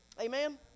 Amen